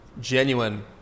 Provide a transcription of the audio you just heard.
genuine